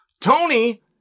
Tony